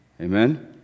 Amen